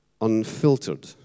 unfiltered